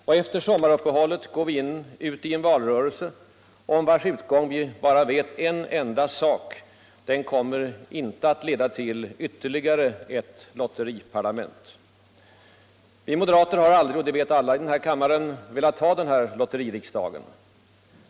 Och efter sommaruppehållet går vi ut i en valrörelse om vars utgång vi bara vet en enda sak: den kommer inte att leda till ytterligare ett lotteriparlament. Vi moderater har aldrig —- det vet alla i denna kammare — velat ha denna lotteririksdag.